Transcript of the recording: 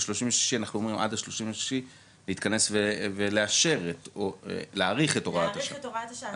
אנחנו אמורים עד ה-30 ביוני להתכנס ולאשר או להאריך את הוראת השעה.